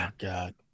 God